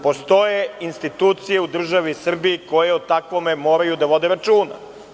Postoje institucije u državi Srbiji koje o takvome moraju da vode računa.